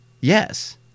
Yes